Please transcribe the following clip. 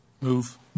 Move